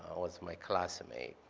um was my classmate.